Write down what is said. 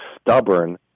stubborn